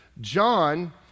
John